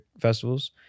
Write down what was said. festivals